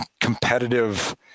competitive